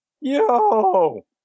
Yo